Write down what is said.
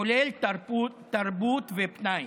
כולל תרבות ופנאי.